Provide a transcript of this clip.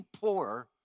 poorer